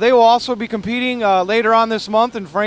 they will also be competing later on this month in frank